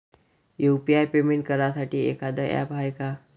UPI payment करासाठी एखांद app हाय का?